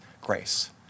grace